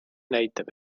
näitab